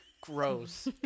gross